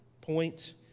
point